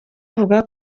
avuga